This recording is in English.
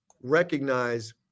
recognize